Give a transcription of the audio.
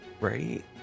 right